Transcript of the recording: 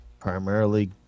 primarily